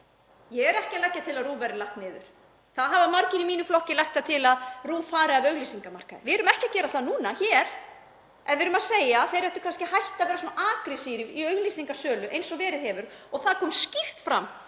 Ég er ekki að leggja til að RÚV verði lagt niður. Það hafa margir í mínum flokki lagt til að RÚV fari af auglýsingamarkaði. Við erum ekki að gera það núna en við erum að segja að þeir ættu kannski að hætta að vera eins aggressívir í auglýsingasölu og verið hefur og það kom skýrt fram